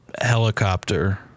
helicopter